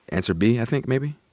answer b i think maybe.